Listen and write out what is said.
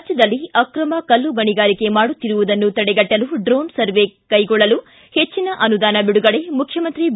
ರಾಜ್ಯದಲ್ಲಿ ಅಕ್ರಮ ಕಲ್ಲು ಗಣಿಗಾರಿಗೆ ಮಾಡುತ್ತಿರುವುದನ್ನು ತಡೆಗಟ್ಟಲು ಡ್ರೋನ್ ಸರ್ವೆ ಕೈಗೊಳ್ಳಲು ಹೆಚ್ಚಿನ ಅನುದಾನ ಬಿಡುಗಡೆ ಮುಖ್ಚಮಂತ್ರಿ ಬಿ